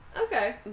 Okay